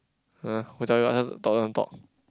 ah who tell you ask doesn't talk